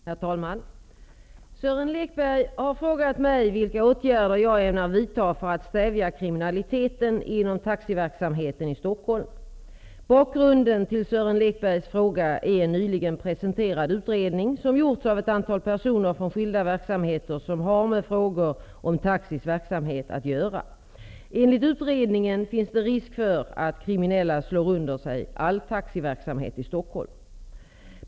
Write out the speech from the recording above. Herr talman! Sören Lekberg har frågat mig vilka åtgärder jag ämnar vidta för att stävja kriminaliteten inom taxiverksamheten i Bakgrunden till Sören Lekbergs fråga är en nyligen presenterad utredning som gjorts av ett antal personer från skilda verksamheter, som har med frågor om taxis verksamhet att göra. Enligt utredningen finns det risk för att kriminella slår under sig all taxiverksamhet i Stockholm.